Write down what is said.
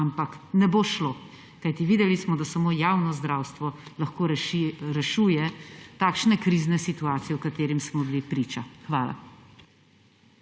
ampak ne bo šlo, kajti videli smo, da samo javno zdravstvo lahko rešuje takšne krizne situacije, katerim smo bili priča. Hvala.